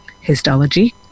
histology